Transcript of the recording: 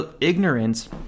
ignorance